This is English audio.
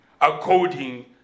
according